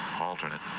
Alternate